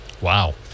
Wow